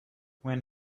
when